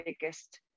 biggest